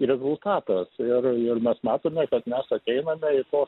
rezultatas ir ir mes matome kad mes ateiname į tokį